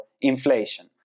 inflation